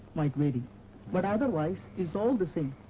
might vary but otherwise, it's all the same.